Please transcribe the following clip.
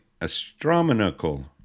astronomical